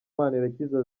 manirakiza